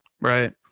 Right